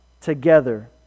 together